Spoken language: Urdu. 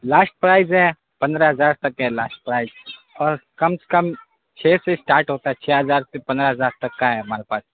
لاشٹ پرائز ہے پندرہ ہزار تک ہے لاسٹ پزائز اور کم سے کم چھ سے اسٹارٹ ہوتا ہے چھ ہزار سے پندرہ ہزار تک کا ہے ہمارے پاس